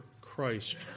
Christ